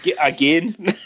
again